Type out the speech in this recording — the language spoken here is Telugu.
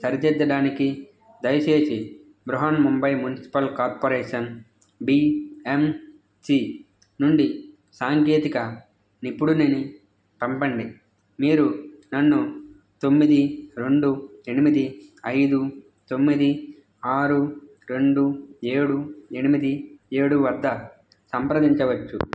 సరిదిద్దడానికి దయచేసి Brihanmumbai municipal corporation BMC నుండి సాంకేతిక నిపుణుడిని పంపండి మీరు నన్ను తొమ్మిది రెండు ఎనిమిది ఐదు తొమ్మిది ఆరు రెండు ఏడు ఎనిమిది ఏడు వద్ద సంప్రదించవచ్చు